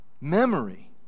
memory